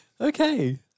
Okay